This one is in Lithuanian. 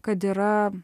kad yra